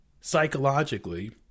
Psychologically